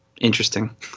Interesting